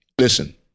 listen